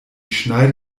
schneide